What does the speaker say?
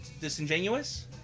disingenuous